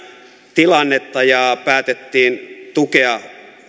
tilannetta ja päätettiin tukea